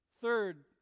third